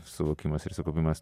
suvokimas ir sukaupimas